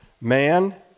man